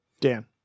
Dan